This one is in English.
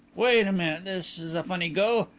wait a minute. this is a funny go.